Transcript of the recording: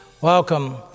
Welcome